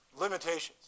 limitations